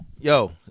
Yo